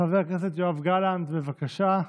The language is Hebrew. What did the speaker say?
חבר הכנסת יואב גלנט, בבקשה.